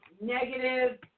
negative